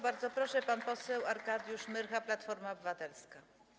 Bardzo proszę, pan poseł Arkadiusz Myrcha, Platforma Obywatelska.